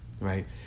right